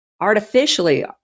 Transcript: artificially